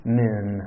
men